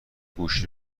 گوشی